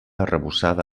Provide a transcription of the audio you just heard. arrebossada